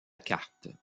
carte